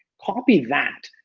copy that.